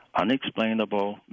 unexplainable